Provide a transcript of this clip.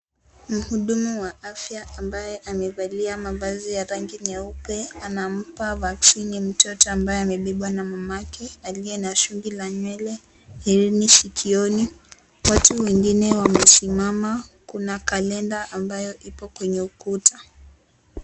Mhudumu wa afya ambaye amevalia mavazi ya rangi nyeupe. Anampa vaccini mtoto, ambaye amebebwa na mama yake, aliye na shungi la nywele, hereni sikioni. Watu wengine wamesimama. Kuna kalenda ambayo ipo kwenye ukuta.